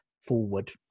forward